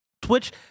Twitch